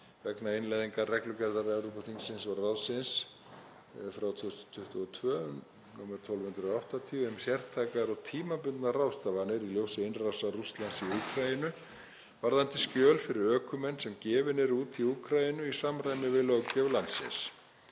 vegna innleiðingar reglugerðar Evrópuþingsins og ráðsins nr. 2022/1280 um sértækar og tímabundnar ráðstafanir í ljósi innrásar Rússlands í Úkraínu, varðandi skjöl fyrir ökumenn sem gefin eru út í Úkraínu í samræmi við löggjöf landsins.